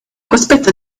cospetto